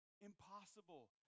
Impossible